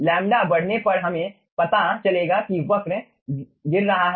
lambda बढ़ने पर हमें पता चलेगा कि वक्र गिर रहा है